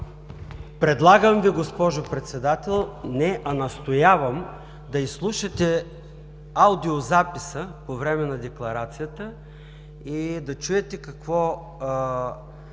Предлагам Ви, госпожо Председател – не, а настоявам, да изслушате аудиозаписа по време на декларацията и да чуете какво